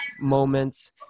moments